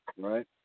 right